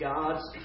God's